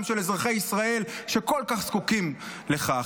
של אזרחי ישראל שכל כך זקוקים לכך.